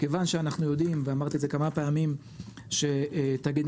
כיוון שאמרתי כמה פעמים שאנחנו יודעים שתאגידי